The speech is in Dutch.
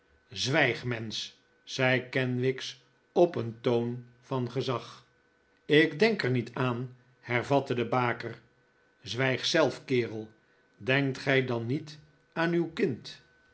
zwijg mensch zei kenwigs op een toon van gezag ik denk er niet aan hervatte de baker zwijg zelf kerel denkt gij dan niet aan uw kind